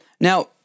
Now